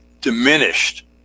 diminished